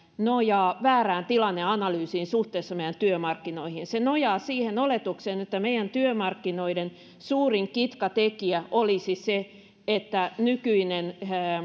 nojaa väärään tilanneanalyysiin suhteessa meidän työmarkkinoihimme se nojaa siihen oletukseen että meidän työmarkkinoidemme suurin kitkatekijä olisi se että nykyinen